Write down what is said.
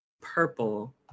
purple